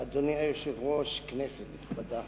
אדוני היושב-ראש, כנסת נכבדה,